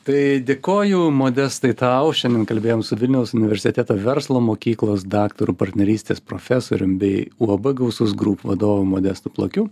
tai dėkoju modestai tau šiandien kalbėjom su vilniaus universiteto verslo mokyklos daktaru partnerystės profesorium bei uab gausus grūp vadovu modestu plakiu